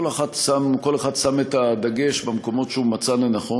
כל אחד שם את הדגש במקומות שהוא מצא לנכון.